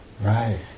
Right